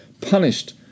punished